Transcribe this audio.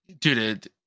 Dude